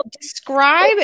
describe